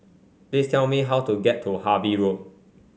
please tell me how to get to Harvey Road